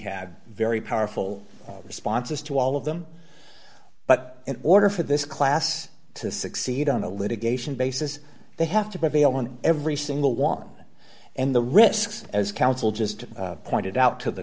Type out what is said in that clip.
have very powerful responses to all of them but in order for this class to succeed on the litigation basis they have to prevail on every single one and the risks as counsel just pointed out to the